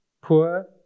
poor